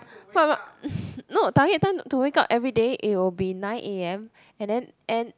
no target time to wake up everyday it will be nine a_m and then end